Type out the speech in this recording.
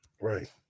Right